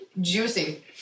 juicy